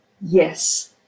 yes